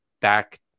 back